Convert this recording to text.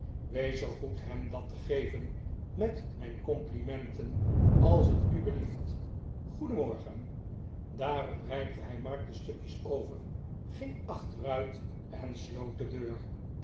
wees zoo goed hem dat te geven met mijn complimenten als het u belieft goedenmorgen daarop reikte hij mark de stukjes over ging achteruit en sloot de deur